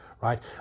right